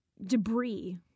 debris